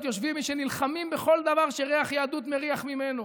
יושבים מי שנלחמים בכל דבר שריח יהדות מריח ממנו,